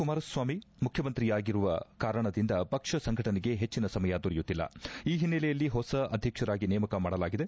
ಕುಮಾರಸ್ವಾಮಿ ಮುಖ್ಯಮಂತ್ರಿಯಾಗಿರುವ ಕಾರಣದಿಂದ ಪಕ್ಷ ಸಂಘಟನೆಗೆ ಹೆಚ್ಚನ ಸಮಯ ದೊರೆಯುತ್ತಿಲ್ಲ ಈ ಹಿನ್ನೆಲೆಯಲ್ಲಿ ಹೊಸ ಅಧ್ಯಕ್ಷರಾಗಿ ನೇಮಕ ಮಾಡಲಾಗಿದೆ